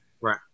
Right